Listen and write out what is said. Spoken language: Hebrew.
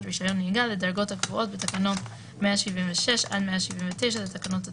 רישיון נהיגה לדרגות הקבועות בתקנות 176 עד 179 לתקנות התעבורה״;"